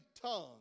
tongue